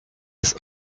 his